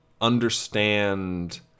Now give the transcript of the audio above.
understand